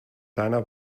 deiner